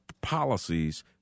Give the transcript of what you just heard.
policies